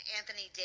Anthony